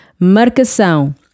marcação